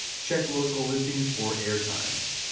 check local listings for airtimes.